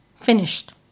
Finished